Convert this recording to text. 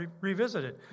revisited